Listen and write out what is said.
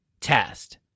test